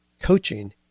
coaching